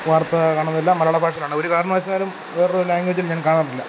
വാർത്ത കാണുന്നതെല്ലാം മലയാളഭാഷയിലാണ് ഒരു കാരണവശാലും വേറൊരു ലാംഗ്വേജിൽ ഞാൻ കാണാറില്ല